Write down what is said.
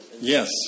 Yes